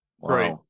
right